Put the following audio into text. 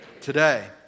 Today